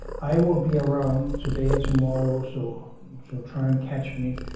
i will be around today or tomorrow so so try and catch me.